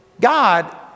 God